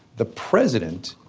the president,